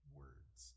words